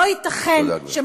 לא ייתכן, תודה, גברתי.